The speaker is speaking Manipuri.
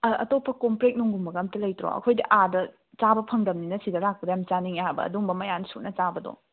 ꯑꯇꯣꯞꯄ ꯀꯣꯝꯄ꯭ꯔꯦꯛꯅꯨꯡꯀꯨꯝꯕꯒ ꯑꯝꯇ ꯂꯩꯇ꯭ꯔꯣ ꯑꯩꯈꯣꯏꯗꯤ ꯑꯥꯗ ꯆꯥꯕ ꯐꯪꯗꯝꯅꯤꯅ ꯁꯤꯗ ꯂꯥꯛꯄꯗ ꯌꯥꯝ ꯆꯥꯅꯤꯡꯉꯦ ꯍꯥꯏꯕ ꯑꯗꯨꯝꯕ ꯃꯌꯥꯟ ꯁꯨꯅ ꯆꯥꯕꯗꯣ